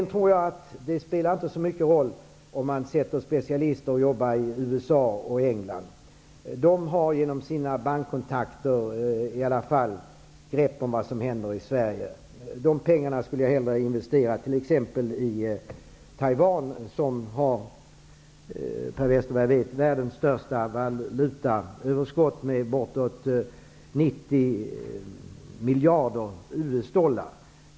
Jag tror inte att det spelar så stor roll om specialisterna jobbar i USA eller i England. De har genom sina bankkontakter i alla fall grepp om vad som händer i Sverige. Dessa pengar skulle jag heller investera i t.ex. Taiwan där man, vilket Per Westerberg vet, har världens största valutaöverskott på bortåt 90 miljarder US-dollar.